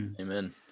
amen